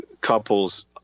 couples